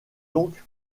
donc